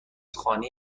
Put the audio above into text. خانه